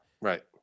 Right